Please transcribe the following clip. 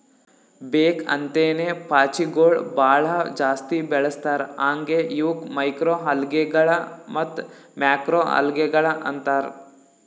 ಬೇಕ್ ಅಂತೇನೆ ಪಾಚಿಗೊಳ್ ಭಾಳ ಜಾಸ್ತಿ ಬೆಳಸ್ತಾರ್ ಹಾಂಗೆ ಇವುಕ್ ಮೈಕ್ರೊಅಲ್ಗೇಗಳ ಮತ್ತ್ ಮ್ಯಾಕ್ರೋಲ್ಗೆಗಳು ಅಂತಾರ್